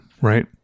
right